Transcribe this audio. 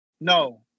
No